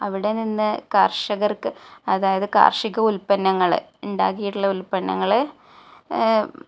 അവിടെ നിന്ന് കർഷകർക്ക് അതായത് കാർഷിക ഉൽപ്പന്നങ്ങള് ഉണ്ടാക്കിയിട്ടുള്ള ഉൽപന്നങ്ങള്